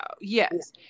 Yes